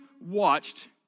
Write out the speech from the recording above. watched